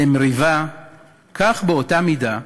למריבה, כך, באותה מידה,